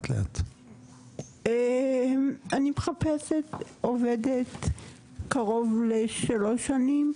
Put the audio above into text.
אני מחפשת עובדת קרוב לשלוש שנים.